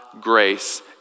grace